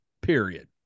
period